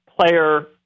player